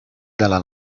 della